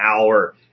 hour